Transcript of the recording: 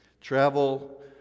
Travel